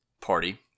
Party